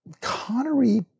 Connery